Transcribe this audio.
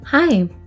Hi